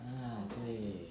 ah 对